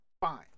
fine